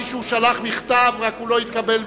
מישהו שלח מכתב, אלא שהוא לא התקבל.